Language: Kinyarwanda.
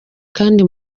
kandi